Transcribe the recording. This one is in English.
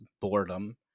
boredom